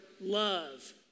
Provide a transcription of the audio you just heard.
love